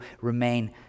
remain